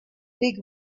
big